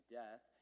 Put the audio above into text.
death